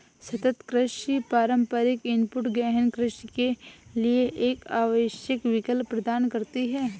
सतत कृषि पारंपरिक इनपुट गहन कृषि के लिए एक आवश्यक विकल्प प्रदान करती है